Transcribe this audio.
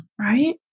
Right